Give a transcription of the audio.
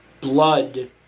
...blood